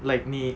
like 你